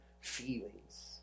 feelings